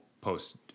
post